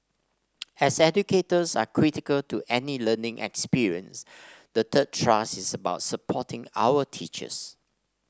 as educators are critical to any learning experience the third thrust is about supporting our teachers